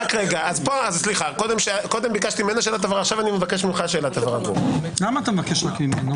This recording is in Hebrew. קודם ביקשתי ממנה שאלת הבהרה ועכשיו אני מבקש שאלת הבהרה מגור ומגלעד.